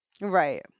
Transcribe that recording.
right